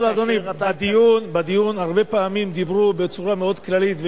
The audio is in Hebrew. בדיון הרבה פעמים דיברו בצורה מאוד כללית,